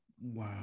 wow